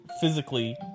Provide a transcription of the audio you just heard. physically